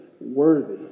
worthy